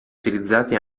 utilizzati